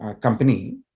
company